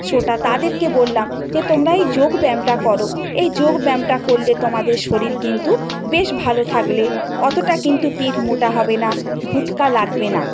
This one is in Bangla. সোটা তাদেরকে বললাম যে তোমরা এই যোগব্যায়ামটা করো এই যোগব্যায়ামটা করলে তোমাদের শরীর কিন্তু বেশ ভালো থাকলে অতটা কিন্তু পেটমোটা হবে না ভুটকা লাগবে না